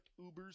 Ubers